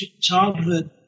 childhood